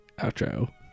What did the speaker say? outro